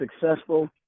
successful –